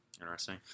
interesting